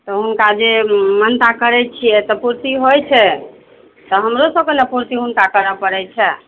तऽ हुनका जे मानता करय छियै तऽ पूर्ति होइत छै तऽ हमरो सभके न पूर्ति हुनका करय परैत छै